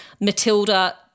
Matilda